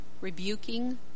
Rebuking